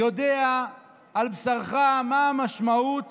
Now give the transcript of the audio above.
יודע על בשרך מה המשמעות